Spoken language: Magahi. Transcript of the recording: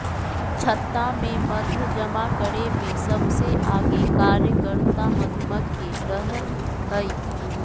छत्ता में मध जमा करे में सबसे आगे कार्यकर्ता मधुमक्खी रहई हई